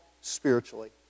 spiritually